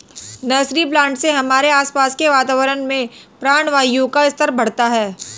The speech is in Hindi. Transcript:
नर्सरी प्लांट से हमारे आसपास के वातावरण में प्राणवायु का स्तर बढ़ता है